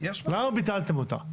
למה ביטלתם אותה?